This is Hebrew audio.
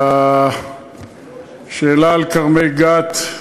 והשאלה על כרמי-גת,